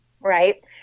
Right